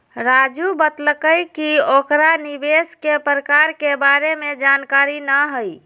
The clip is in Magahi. राजू बतलकई कि ओकरा निवेश के प्रकार के बारे में जानकारी न हई